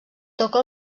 toca